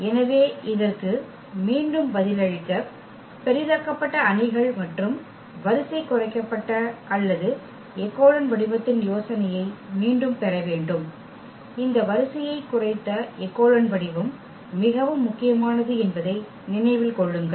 எனவே இதற்கு மீண்டும் பதிலளிக்க பெரிதாக்கப்பட்ட அணிகள் மற்றும் வரிசை குறைக்கப்பட்ட அல்லது எக்கெலோன் வடிவத்தின் யோசனையை மீண்டும் பெற வேண்டும் இந்த வரிசையை குறைத்த எக்கெலோன் வடிவம் மிகவும் முக்கியமானது என்பதை நினைவில் கொள்ளுங்கள்